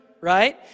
right